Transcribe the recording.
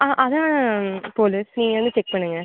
ஆ அதான் போலீஸ் நீங்கள் வந்து செக் பண்ணுங்கள்